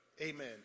amen